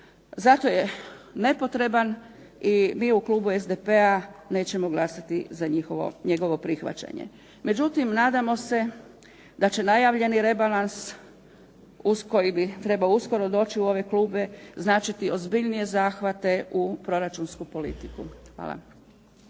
Zato je nepotreban i mi u Klubu SDP-a nećemo glasati za njegovo prihvaćanje. Međutim, nadamo se da će najavljeni rebalans koji bi trebao uskoro doći u ove klupe značiti ozbiljnije zahvate u proračunsku politiku. Hvala.